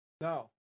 No